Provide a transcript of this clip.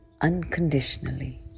unconditionally